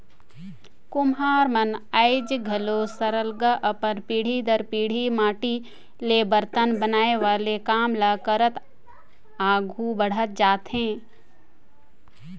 कुम्हार मन आएज घलो सरलग अपन पीढ़ी दर पीढ़ी माटी ले बरतन बनाए वाले काम ल करत आघु बढ़त जात हें